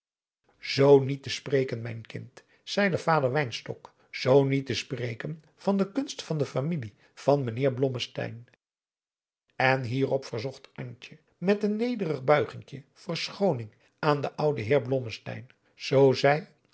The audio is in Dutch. zoo niet te spreken mijn kind zeide vader wynstok zoo niet te spreken van de kunst van de familie van mijnheer blommesteyn en hierop verzocht antje met een nederig buigingje verschooning aan den ouden heer blommesteyn zoo zij